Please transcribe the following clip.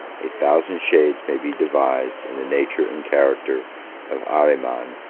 a thousand shades may be devised in the nature and character of ahriman,